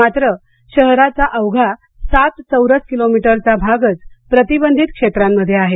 मात्र शहराचा अवघा सात चौरस किलो मीटरचा भागच प्रतिबंधित क्षेत्रांमध्ये आहे